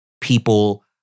people